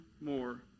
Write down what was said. more